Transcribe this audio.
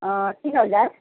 तिन हजार